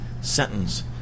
sentence